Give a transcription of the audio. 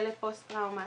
לפוסט טראומה.